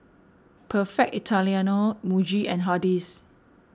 Perfect Italiano Muji and Hardy's